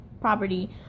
property